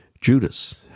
Judas